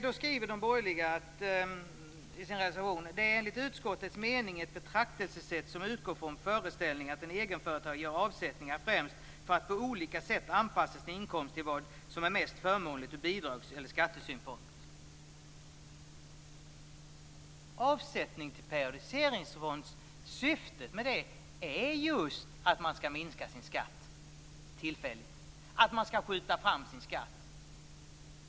De borgerliga skriver i sin reservation: Det är enligt utskottets mening ett betraktelsesätt som utgår från föreställningen att en egenföretagare gör avsättningar främst för att på olika sätt anpassa sin inkomst till vad som är mest förmånligt ur bidrags eller skattesynpunkt. Syftet med avsättning till periodiseringsfond är just att man tillfälligt skall minska sin skatt, att man skall skjuta fram sin skatt.